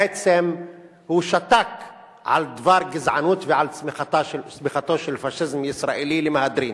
בעצם הוא שתק על דבר גזענות ועל צמיחתו של פאשיזם ישראלי למהדרין.